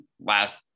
last